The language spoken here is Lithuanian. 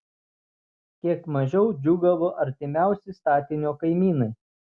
kiek mažiau džiūgavo artimiausi statinio kaimynai